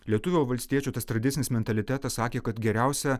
lietuvio valstiečio tas tradicinis mentalitetas sakė kad geriausia